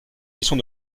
mission